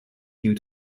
due